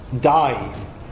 dying